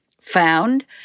found